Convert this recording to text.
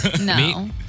No